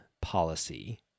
policy